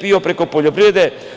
PIO preko poljoprivrede.